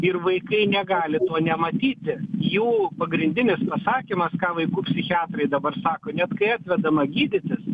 ir vaikai negali to nematyti jų pagrindinis pasakymas ką vaikų psichiatrai dabar sako net kai atvedama gydytis